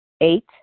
Eight